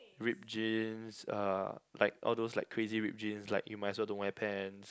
ripped jeans uh like all those like crazy ripped jeans like you might as well don't wear pants